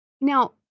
Now